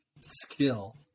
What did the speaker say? skill